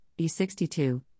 b62